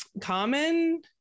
common